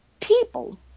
people